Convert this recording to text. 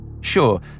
Sure